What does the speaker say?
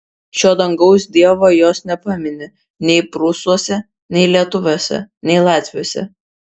šio dangaus dievo jos nepamini nei prūsuose nei lietuviuose nei latviuose